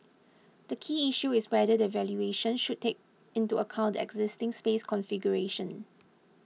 the key issue is whether the valuation should take into account the existing space configuration